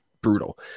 brutal